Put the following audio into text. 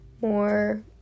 more